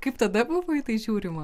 kaip tada buvo į tai žiūrima